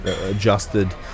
adjusted